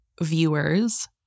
viewers